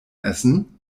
essen